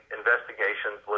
investigations